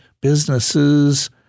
businesses